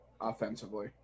offensively